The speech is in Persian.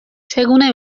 چگونه